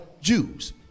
Jews